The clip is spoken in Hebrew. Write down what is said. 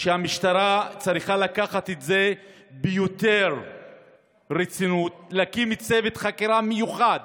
שהמשטרה צריכה לקחת את זה ברצינות יותר: להקים צוות חקירה מיוחד